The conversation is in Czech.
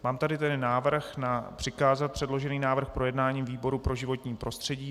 Mám tady tedy návrh přikázat předložený návrh k projednání výboru pro životní prostředí.